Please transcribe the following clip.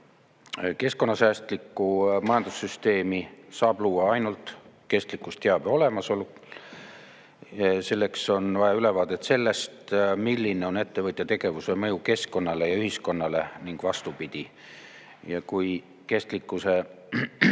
Keskkonnasäästliku majandussüsteemi saab luua ainult kestlikkusteabe olemasolul. Selleks on vaja ülevaadet sellest, milline on ettevõtja tegevuse mõju keskkonnale ja ühiskonnale ning vastupidi. Ja kui kestlikkuse